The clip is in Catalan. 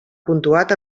puntuat